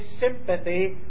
sympathy